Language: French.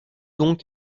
donc